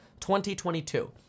2022